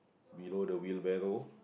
below the wheelbarrow